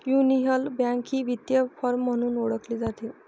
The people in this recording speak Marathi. युनिव्हर्सल बँक ही वित्तीय फर्म म्हणूनही ओळखली जाते